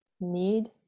need